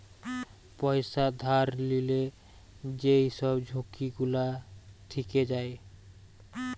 পয়সা ধার লিলে যেই সব ঝুঁকি গুলা থিকে যায়